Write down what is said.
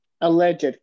Alleged